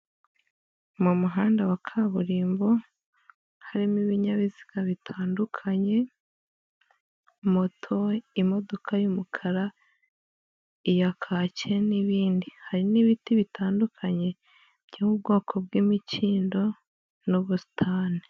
Mu muhanda wa kaburimbo, harimo ibinyabiziga bitandukanye, moto, imodoka y'umukara, iya kake n'ibindi, hari n'ibiti bitandukanye by'ubwoko bw'imikindo n'ubusitani.